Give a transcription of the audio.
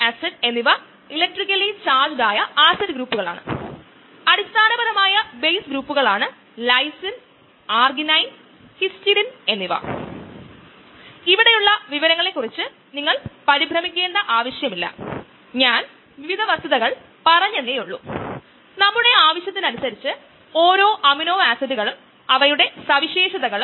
അവർ എൻസൈമിന്റെ പ്രവർത്തനത്തിന് നിർണായകമല്ലാത്ത ഭാഗങ്ങൾ എടുക്കുകയും അതായത് സജീവമല്ലാത്ത സൈറ്റുകൾ എടുക്കുകയും പിന്നീട് ചില മെട്രിക്സുകളിൽ നങ്കൂരമിടുകയും ചെയ്യുന്നു ഇത് ഒരു മുത്ത് അല്ലെങ്കിൽ ജെൽ അല്ലെങ്കിൽ ഒരു കിടക്ക പോലെയുള്ള ഒരു പോറസ് മാട്രിക്സ് ആകാം